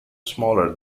smaller